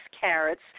carrots